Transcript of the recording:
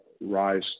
rise